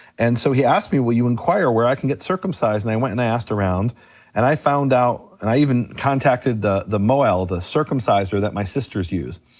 and so he asked me, will you inquire where i can get circumcised, and i went and i asked around and i found out, and i even contacted the the mohel, the circumciser that my sisters use.